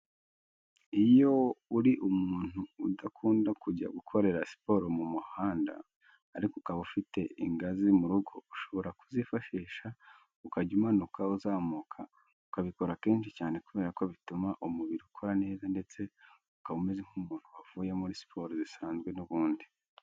Iyo uri umuntu udakunda kujya gukorera siporo mu muhanda ariko ukaba ufite ingazi mu rugo, ushobora kuzifashisha ukajya umanuka, uzamuka, ukabikora kenshi cyane kubera ko bituma umubiri ukora neza ndetse ukaba umeze nk'umuntu wavuye muri siporo zisanzwe n'ubundi.